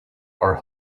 are